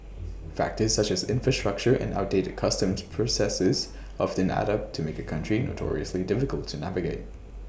factors such as infrastructure and outdated customs processes often add up to make A country notoriously difficult to navigate